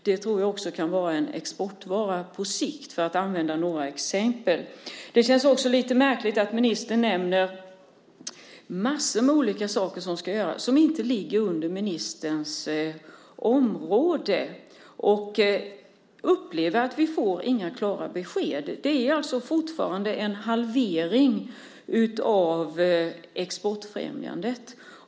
Det tror jag också kan vara en exportvara på sikt. Det är några exempel. Det känns också lite märkligt att ministern nämner massor med saker som ska göras som inte ligger inom ministerns område. Jag upplever att vi inte får några klara besked. Det är alltså fortfarande en halvering av exportfrämjandet.